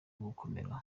gukomera